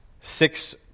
six